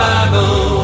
Bible